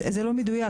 זה לא מדויק,